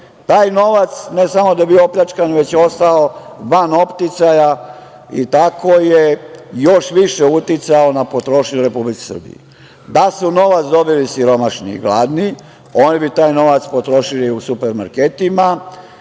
Taj novac ne samo da je bio opljačkan, već je ostao van opticaja i tako je još više uticao na potrošnju u Republici Srbiji. Da su novac dobili siromašni i gladni, oni bi taj novac potrošili u supermarketima,